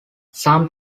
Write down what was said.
some